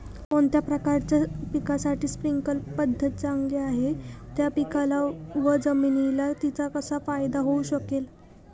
कोणत्या प्रकारच्या पिकासाठी स्प्रिंकल पद्धत चांगली आहे? त्या पिकाला व जमिनीला तिचा कसा फायदा होऊ शकेल?